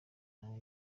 nta